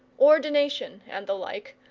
ordination, and the like,